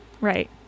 Right